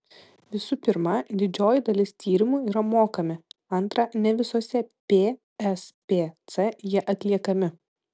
visų pirma didžioji dalis tyrimų yra mokami antra ne visose pspc jie atliekami